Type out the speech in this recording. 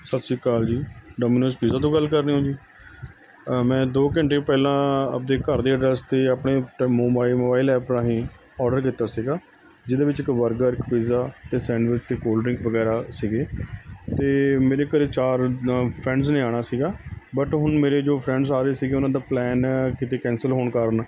ਸਤਿ ਸ਼੍ਰੀ ਅਕਾਲ ਜੀ ਡੋਮੀਨੋਜ਼ ਪੀਜ਼ਾ ਤੋਂ ਗੱਲ ਕਰ ਰਹੇ ਹੋ ਜੀ ਮੈਂ ਦੋ ਘੰਟੇ ਪਹਿਲਾਂ ਆਪਣੇ ਘਰ ਦੇ ਐਡਰੈੱਸ 'ਤੇ ਆਪਣੇ ਮੋਬਾਇਲ ਮੋਬਾਈਲ ਐਪ ਰਾਹੀਂ ਔਡਰ ਕੀਤਾ ਸੀਗਾ ਜਿਹਦੇ ਵਿੱਚ ਇੱਕ ਬਰਗਰ ਇੱਕ ਪੀਜ਼ਾ ਅਤੇ ਸੈਂਡਵਿੱਚ ਅਤੇ ਕੋਲਡਰਿੰਕ ਵਗੈਰਾ ਸੀਗੇ ਅਤੇ ਮੇਰੇ ਘਰੇ ਚਾਰ ਫਰੈਂਡਸ ਨੇ ਆਉਣਾ ਸੀਗਾ ਬਟ ਹੁਣ ਮੇਰੇ ਜੋ ਫਰੈਂਡਸ ਆ ਰਹੇ ਸੀਗੇ ਉਹਨਾਂ ਦਾ ਪਲੈਨ ਕਿਤੇ ਕੈਂਸਲ ਹੋਣ ਕਾਰਨ